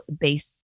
based